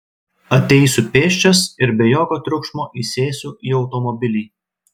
ateisiu pėsčias ir be jokio triukšmo įsėsiu į automobilį